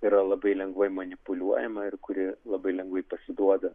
yra labai lengvai manipuliuojama ir kuri labai lengvai pasiduoda